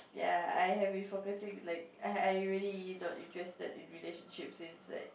ya I have been focusing like I I really not interested in relationships since like